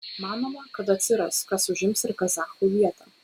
manoma kad atsiras kas užims ir kazachų vietą